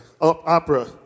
opera